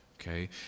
okay